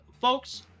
folks